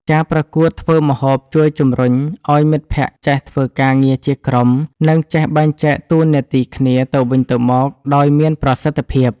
ការប្រកួតធ្វើម្ហូបជួយជំរុញឱ្យមិត្តភក្តិចេះធ្វើការងារជាក្រុម និងចេះបែងចែកតួនាទីគ្នាទៅវិញទៅមកដោយមានប្រសិទ្ធភាព។